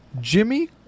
Jimmy